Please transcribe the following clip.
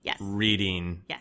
reading